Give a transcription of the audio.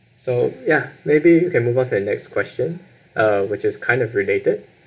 so ya maybe you can move on to the next question uh which is kind of related